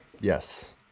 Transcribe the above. yes